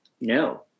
no